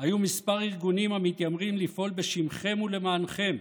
היו כמה ארגונים המתיימרים לפעול בשמכם ולמענכם,